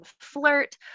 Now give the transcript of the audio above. flirt